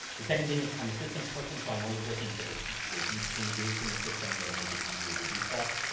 the second thing is i'm a systems person, so i'm always looking for this, the deep changes in the system that'll make it easier to do stuff.